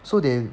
so they